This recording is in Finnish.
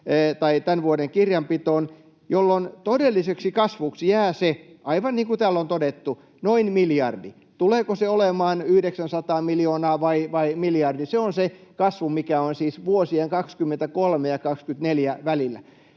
tämän vuoden kirjanpitoon, jolloin todelliseksi kasvuksi jää, aivan niin kuin täällä on todettu, noin miljardi. Tulee se sitten olemaan 900 miljoonaa tai miljardi, niin se on se kasvu, mikä on siis vuosien 2023 ja 2024 välillä.